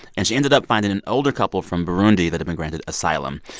and she ended up finding an older couple from burundi that had been granted asylum.